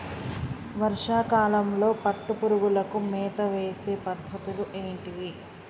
వర్షా కాలంలో పట్టు పురుగులకు మేత వేసే పద్ధతులు ఏంటివి?